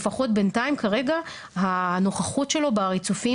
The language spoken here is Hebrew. לפחות בינתיים כרגע הנוכחות שלו בריצופים